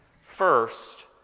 First